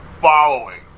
following